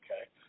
Okay